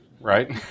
right